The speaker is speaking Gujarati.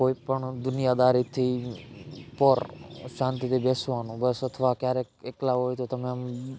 કોઈ પણ દુનિયાદારીથી પર શાંતિથી બેસવાનું બસ અથવા ક્યારેક એકલા હોય તો તમે આમ